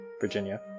Virginia